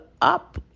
up